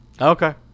Okay